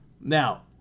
Now